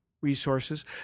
resources